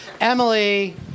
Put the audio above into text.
Emily